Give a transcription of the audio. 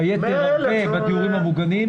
והיתר הרבה בדיורים המוגנים.